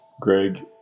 greg